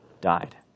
died